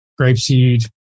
grapeseed